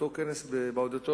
באותו כנס באודיטוריום,